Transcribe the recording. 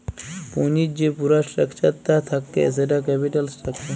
পুঁজির যে পুরা স্ট্রাকচার তা থাক্যে সেটা ক্যাপিটাল স্ট্রাকচার